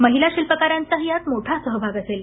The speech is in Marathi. महिला शिल्पकारांचाही यात मोठा सहभाग असेल